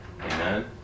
Amen